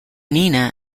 nina